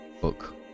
book